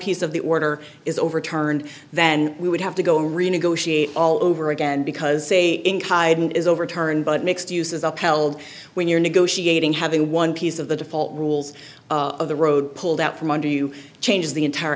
piece of the order is overturned then we would have to go renegotiate all over again because a in kaiden is overturned but mixed use is upheld when you're negotiating having one piece of the default rules of the road pulled out from under you change the entire